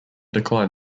declined